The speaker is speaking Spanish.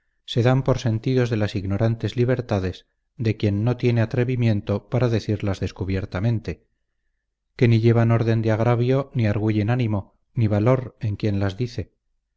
dan por sentidos de las ignorantes libertades de quien no tiene atrevimiento para decirlas descubiertamente que ni llevan orden de agravio ni arguyen ánimo ni valor en quien las dice